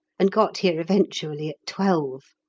and got here eventually at twelve.